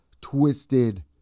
twisted